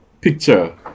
picture